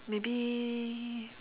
maybe